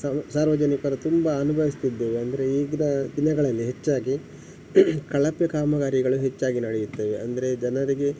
ಸಾವ್ ಸಾರ್ವಜನಿಕರು ತುಂಬಾ ಅನುಭವಿಸ್ತಿದ್ದೇವೆ ಅಂದರೆ ಈಗಿನ ದಿನಗಳಲ್ಲಿ ಹೆಚ್ಚಾಗಿ ಕಳಪೆ ಕಾಮಗಾರಿಗಳು ಹೆಚ್ಚಾಗಿ ನಡೆಯುತ್ತವೆ ಅಂದರೆ ಜನರಿಗೆ